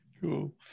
Cool